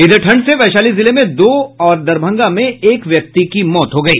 इधर ठंड से वैशाली जिले में दो और दरभंगा में एक व्यक्ति की मौत हो गयी